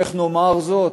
איך נאמר זאת?